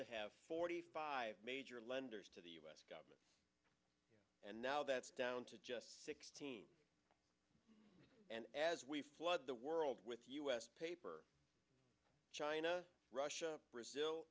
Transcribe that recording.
to have forty five major lenders to the u s government and now that's down to just sixteen and as we flood the world with us paper china russia brazil